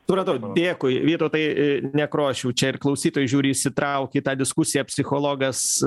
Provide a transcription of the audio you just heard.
supratau dėkui vytautai nekrošiau čia ir klausytojai žiūri įsitraukė į tą diskusiją psichologas